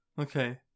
Okay